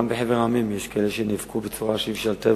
גם בחבר המדינות יש כאלה שנאבקו בצורה שאי-אפשר לתאר,